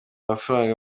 amafaranga